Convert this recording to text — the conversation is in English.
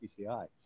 PCI